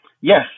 Yes